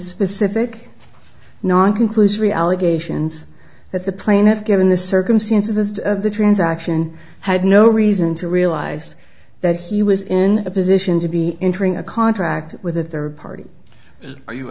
specific non conclusive the allegations that the plane had given the circumstances of the transaction had no reason to realize that he was in a position to be entering a contract with a third party are you